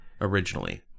originally